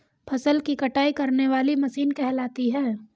फसल की कटाई करने वाली मशीन कहलाती है?